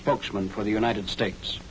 spokesman for the united states